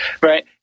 right